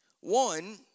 One